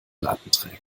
datenträger